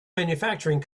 manufacturing